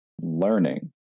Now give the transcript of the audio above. learning